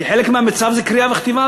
כי חלק מהמיצ"ב זה קריאה וכתיבה,